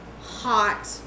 hot